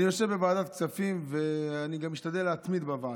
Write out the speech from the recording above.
אני יושב בוועדת כספים ואני משתדל גם להתמיד בוועדה.